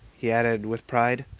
he added with pride,